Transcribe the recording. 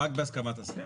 רק בהסכמת השר.